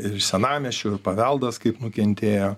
ir senamiesčio ir paveldas kaip nukentėjo